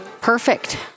Perfect